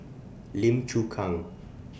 Lim Chu Kang